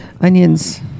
onions